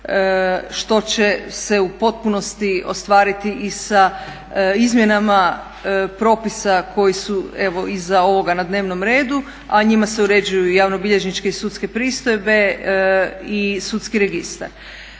što će se u potpunosti ostvariti i sa izmjenama propisa koji su evo iza ovoga na dnevnom redu a njima se uređuju javnobilježničke i sudske pristojbe i sudski registar.